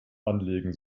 anlegen